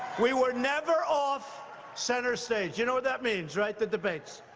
we were never off center stage. you know what that means, right? the debates.